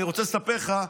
אני רוצה לספר לך,